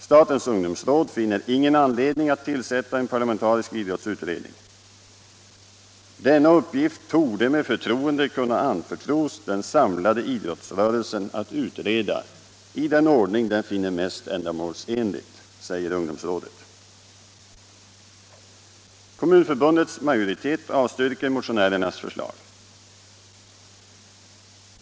Statens ungdomsråd finner ingen anledning att tillsätta en parlamentarisk idrottsutredning. ”Denna uppgift borde med förtroende kunna anförtros den samlade idrottsrörelsen att utredas i den ordning den finner mest ändamålsenligt”, säger ungdomsrådet. Kommunförbundets majoritet avstyrker motionärernas förslag.